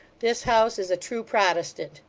this house is a true protestant